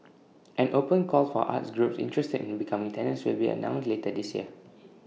an open call for arts groups interested in becoming tenants will be announced later this year